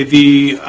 the